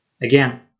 Again